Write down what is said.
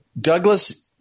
douglas